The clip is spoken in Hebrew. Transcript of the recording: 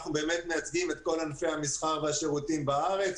אנחנו מייצגים את כל ענפי המסחר והשירותים בארץ,